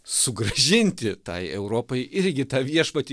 sugrąžinti tai europai irgi tą viešpatį